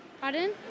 Pardon